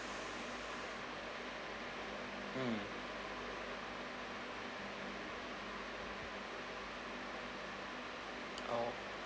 mm oh